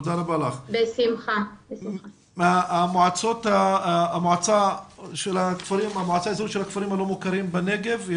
יש אתנו את נציג המועצה של הכפרים הלא מוכרים בנגב?